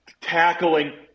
Tackling